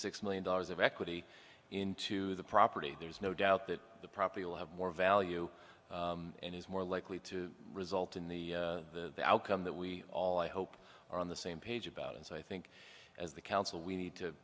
six million dollars of equity into the property there's no doubt that the property will have more value and is more likely to result in the outcome that we all i hope are on the same page about and so i think as the council we need to